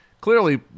Clearly